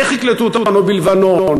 איך יקלטו אותנו בלבנון,